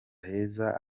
heza